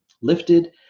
lifted